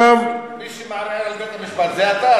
מי שמערער על בית-המשפט זה אתה.